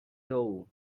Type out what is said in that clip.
though